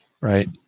right